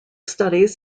studies